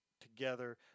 together